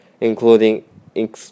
including